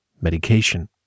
medication